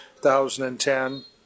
2010